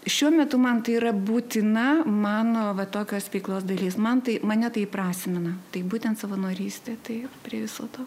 šiuo metu man tai yra būtina mano tokios veiklos dalis man tai mane tai įprasmina tai būtent savanorystė tai prie viso to